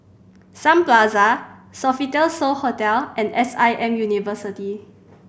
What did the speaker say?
Sun Plaza Sofitel So Hotel and S I M University